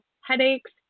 headaches